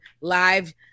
live